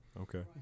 Okay